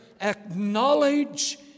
Acknowledge